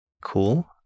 Cool